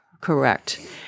correct